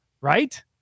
right